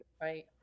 Right